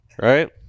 right